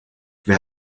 wer